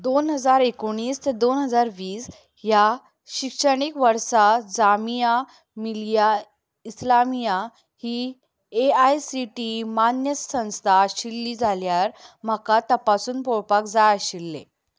दोन हजार एकोणीस ते दोन हजार वीस ह्या शिक्षणीक वर्सा जामिया मिलिया इस्लामिया ही A I C T E मान्य संस्था आशिल्ली जाल्यार म्हाका तपासून पळोपाक जाय आशिल्लें